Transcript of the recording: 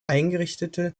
eingerichtete